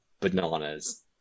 bananas